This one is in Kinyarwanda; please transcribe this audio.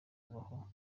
kubaho